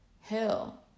hell